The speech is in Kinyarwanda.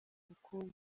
ubukungu